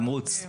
התמרוץ.